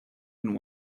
and